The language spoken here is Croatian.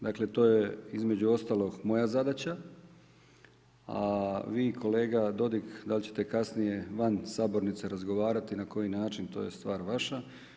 Dakle to je između ostalog moja zadaća a vi kolega Dodig da li ćete kasnije van sabornice razgovarati na koji način to je stvar vaša.